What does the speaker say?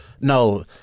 no